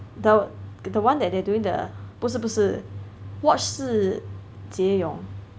the the the one that they're doing the 不是不是 watch 是 Jie Yong 把